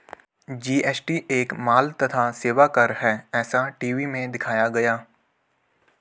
GST एक माल तथा सेवा कर है ऐसा टी.वी में दिखाया गया